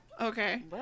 Okay